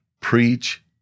preach